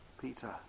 Peter